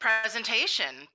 presentation